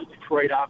Detroit